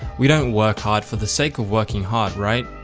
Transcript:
we don't work hard for the sake of working hard, right?